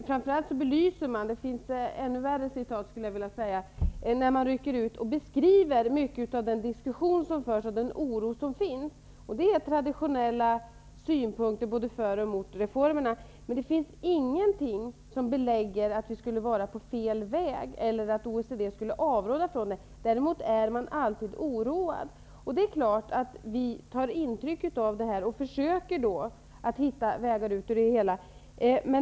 Herr talman! Det är lätt att rycka ut citat ur OECD:s rapport -- och det finns värre citat än detta. När man beskriver den diskussion som förs och den oro som finns, är det traditionella synpunkter både för och emot reformerna, men det finns ingenting som belägger att vi skulle vara på fel väg eller att OECD skulle avråda oss. Däremot är man alltid oroad. Det är klart att vi tar intryck av det här och försöker hitta vägar ut.